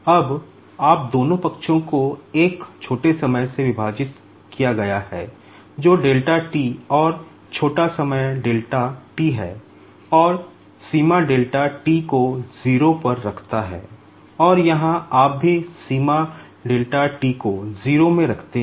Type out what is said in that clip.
अब आप दोनों पक्षों को एक छोटे समय से विभाजित किया गया है जो डेल्टा t और छोटा समय डेल्टा t है और सीमा डेल्टा t को 0 पर रखता है और यहाँ आप भी सीमा डेल्टा t को 0 में रखते हैं